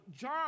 John